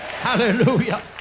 Hallelujah